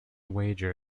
wager